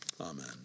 Amen